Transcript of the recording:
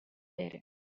pere